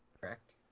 Correct